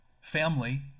family